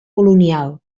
colonial